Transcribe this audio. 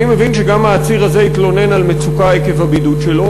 אני מבין שגם העציר הזה התלונן על מצוקה עקב הבידוד שלו.